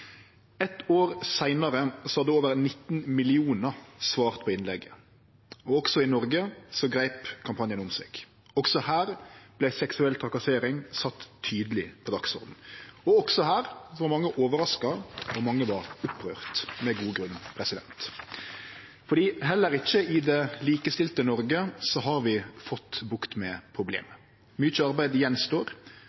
Eitt år seinare hadde over 19 millionar svart på innlegget. Også i Noreg greip kampanjen om seg. Også her vart seksuell trakassering sett tydeleg på dagsordenen. Og også her var mange overraska, og mange var opprørte, med god grunn. For heller ikkje i det likestilte Noreg har vi fått bukt med problemet.